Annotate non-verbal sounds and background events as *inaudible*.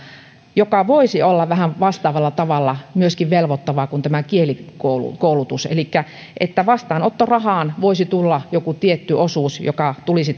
joka voisi olla vähän vastaavalla tavalla myöskin velvoittavaa kuin kielikoulutus elikkä vastaanottorahaan voisi tulla joku tietty osuus joka tulisi *unintelligible*